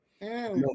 no